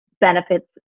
benefits